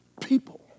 people